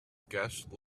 guest